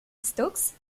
stokes